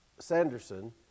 Sanderson